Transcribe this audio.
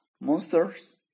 monsters